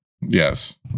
yes